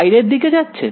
বাইরের দিকে যাচ্ছে